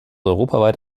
europaweit